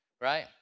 Right